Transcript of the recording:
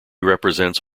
represents